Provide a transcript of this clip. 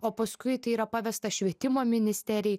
o paskui tai yra pavesta švietimo ministerijai